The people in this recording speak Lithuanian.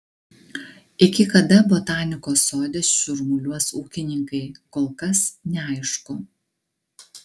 iki kada botanikos sode šurmuliuos ūkininkai kol kas neaišku